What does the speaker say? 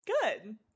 Good